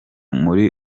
muri